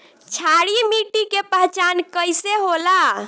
क्षारीय मिट्टी के पहचान कईसे होला?